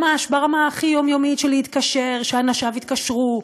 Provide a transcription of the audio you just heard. ממש ברמה הכי יומיומית: להתקשר, אנשיו התקשרו